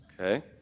Okay